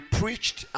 preached